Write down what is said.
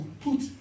put